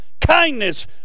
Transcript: kindness